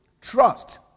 trust